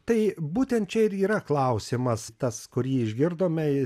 tai būtent čia ir yra klausimas tas kurį išgirdome